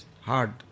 hard